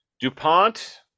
DuPont